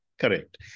Correct